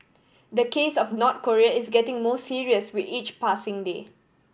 the case of North Korea is getting more serious with each passing day